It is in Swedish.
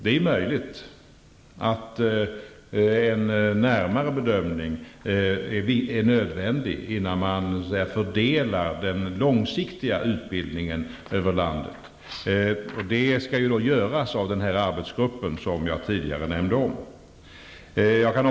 Det är möjligt att det är nödvändigt med en närmare bedömning innan den långsiktiga utbildningen ''fördelas'' över landet. Det arbetet skall göras av den arbetsgrupp jag nämnde tidigare.